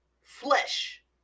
flesh